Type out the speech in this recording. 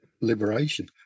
liberation